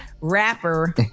rapper